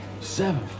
Seven